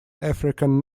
african